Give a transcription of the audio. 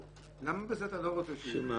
למה בזה אתה לא רוצה שהוא יקבע?